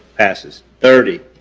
passes. thirty.